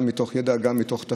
גם מתוך ידע,